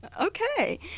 Okay